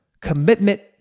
commitment